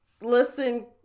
Listen